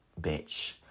bitch